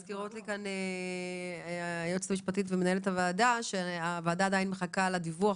מזכירות לי כאן היועצת המשפטית ומנהלת הוועדה שהוועדה עדיין מחכה לדיווח